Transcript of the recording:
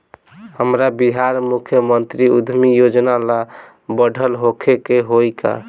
हमरा बिहार मुख्यमंत्री उद्यमी योजना ला पढ़ल होखे के होई का?